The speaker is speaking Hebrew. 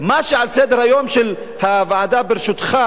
מה שעל סדר-היום של הוועדה בראשותך,